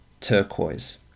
Turquoise